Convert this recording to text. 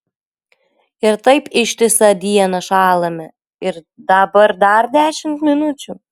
ir taip ištisą dieną šąlame ir dabar dar dešimt minučių